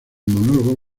monólogo